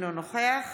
אינו נוכח